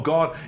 God